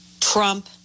Trump